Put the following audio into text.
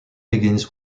begins